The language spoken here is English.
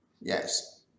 Yes